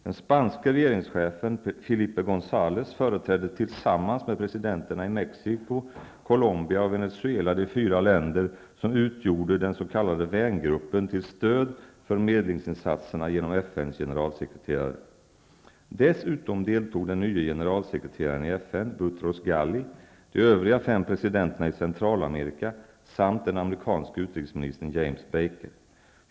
Den spanske regeringschefen, Felipe Gonzalez, företrädde tillsammans med presidenterna i Mexico, Colombia och Venezuela de fyra länder som utgjorde den s.k. vängruppen till stöd för medlingsinsatserna genom FN:s generalsekreterare. Dessutom deltog den nye generalsekreteraren i FN, Boutros Ghali, de övriga fem presidenterna i Centralamerika samt den amerikanske utrikesministern James Baker.